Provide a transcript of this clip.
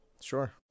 sure